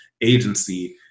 agency